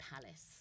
palace